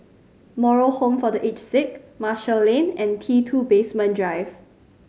Moral Home for The Aged Sick Marshall Lane and T Two Basement Drive